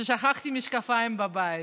שכחתי את המשקפיים בבית.